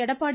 Edappadi